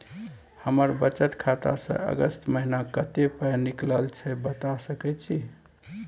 हमर बचत खाता स अगस्त महीना कत्ते पाई निकलल छै बता सके छि?